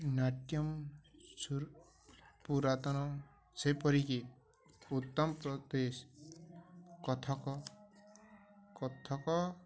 ନାଟ୍ୟମ୍ ସ ପୁରାତନ ସେହିପରିକି ଉତ୍ତରପ୍ରଦେଶ କଥକ କଥକ